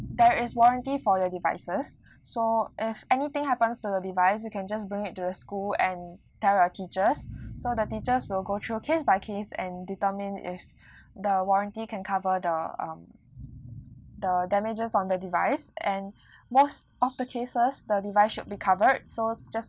there is warranty for your devices so if anything happens to your device you can just bring it to the school and tell your teachers so the teachers will go through case by case and determine if the warranty can cover the um the damages on the device and most of the cases the device should be covered so just